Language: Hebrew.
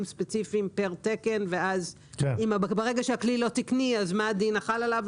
ספציפיים פר תקן ואז ברגע שהכלי לא תקני אז מה הדין החל עליו,